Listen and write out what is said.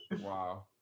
Wow